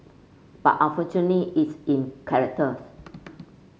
but unfortunately it's in characters